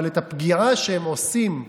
אבל את הפגיעה שהם עושים בכשרות,